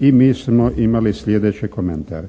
i mi smo imali sljedeći komentar.